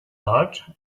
heart